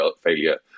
failure